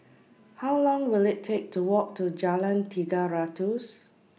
How Long Will IT Take to Walk to Jalan Tiga Ratus